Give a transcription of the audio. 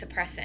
suppressant